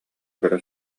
көрө